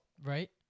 Right